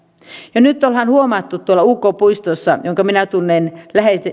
ja nyt ollaan huomattu tuolla uk puistossa jonka minä tunnen